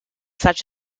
such